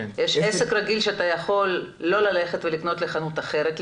יש עסק רגיל שאתה יכול לא ללכת ולקנות בחנות אחרת,